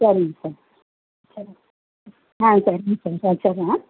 சரிங்க சார் சரி ஆ சரிங்க சார் சரி வெச்சுட்றேன்